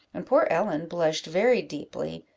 and poor ellen blushed very deeply,